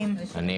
צריך